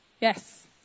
Yes